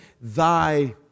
thy